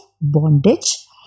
bondage